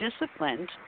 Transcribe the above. disciplined